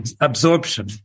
absorption